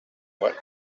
what